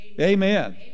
Amen